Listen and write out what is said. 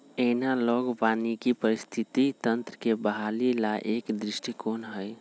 analogue वानिकी पारिस्थितिकी तंत्र के बहाली ला एक दृष्टिकोण हई